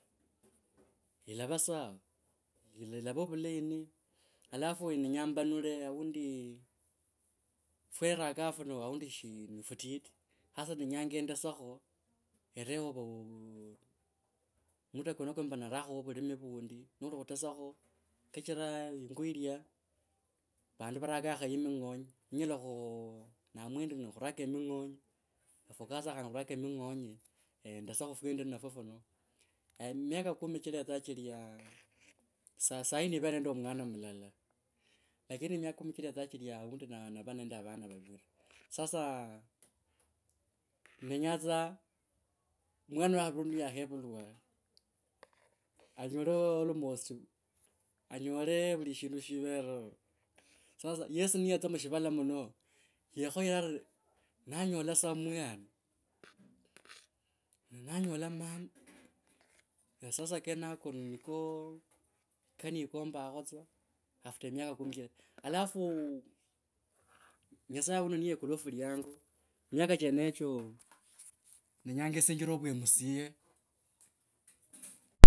Ilava saa, ilava vulayi ni alafu nenya mbanule aundi fyeraka funo shi aundi ni futiti sasa ndenya ndesekho ereo, muda kwenoko mba narao vulimi vundi noli khutwsao kachira yingo yilya, vandu varakakhoyo ming’onye nenyela khu naamua endi nokhuraka eming’onye fukha sana khuraka ming’onye eeeh ndesekho fyendi ninafwo funo, miaka kumi chiletsa chilya sa sahi nivere nende omwana mulala lakini miaka chiletsa chilya aundi nava, nava nende vana vaviri. Sasa, nenya tsa mwana wa khaviri niyakhevulwa anyole almost anyole vuli shindu shivereo sasa yesi niyetsa mushivala muno yekhoere arii nanyola samwana. Nanyola mama ne sasa kenako niko kenikomba vutsa after miaka kumi chilya. Alafu nyasaye niyekula fuliango miaka kumi cheneoho nenya esinjire vu mca.